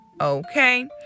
Okay